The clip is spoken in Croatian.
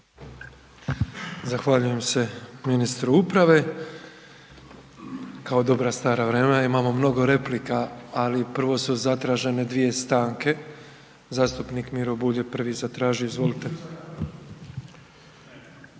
Zahvaljujem se ministru uprave. Kao u dobra stara vremena imamo mnogo replika, ali prvo su zatražene 2 stanke. Zastupnik Miro Bulj je prvi zatražio, izvolite.